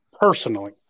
Personally